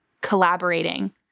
collaborating